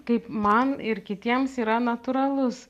kaip man ir kitiems yra natūralus